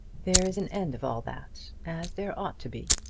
there is an end of all that as there ought to be.